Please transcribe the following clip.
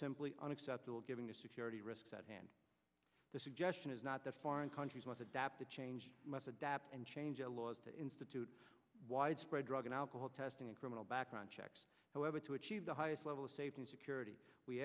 simply unacceptable giving a security risk at hand the suggestion is not the foreign countries must adapt to change must adapt and change the laws to institute widespread drug and called testing and criminal background checks however to achieve the highest level of safety and security we